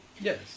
Yes